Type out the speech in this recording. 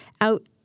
out